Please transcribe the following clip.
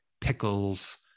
pickles